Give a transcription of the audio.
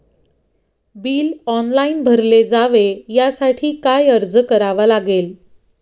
Bill online भरले जावे यासाठी काय अर्ज करावा लागेल?